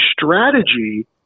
strategy